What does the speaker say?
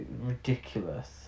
Ridiculous